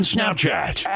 Snapchat